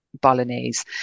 bolognese